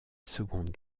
seconde